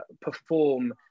perform